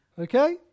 Okay